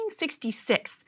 1966